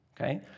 okay